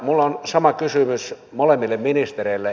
minulla on sama kysymys molemmille ministereille